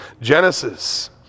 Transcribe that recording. Genesis